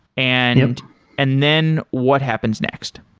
and and then what happens next?